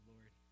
Lord